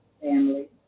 family